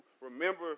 remember